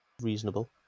reasonable